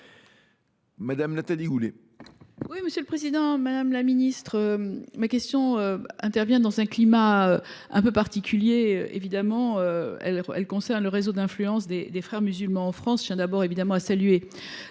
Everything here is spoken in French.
Mme Nathalie Goulet,